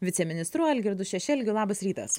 viceministru algirdu šešelgiu labas rytas